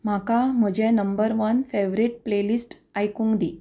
म्हाका म्हजें number one favourite playlist आयकूंक दी